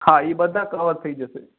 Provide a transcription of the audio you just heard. હા એ બધા કવર થઇ જશે